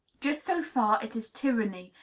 just so far it is tyranny,